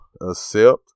accept